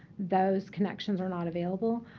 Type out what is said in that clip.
those connections are not available.